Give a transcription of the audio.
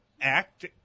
act